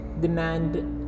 demand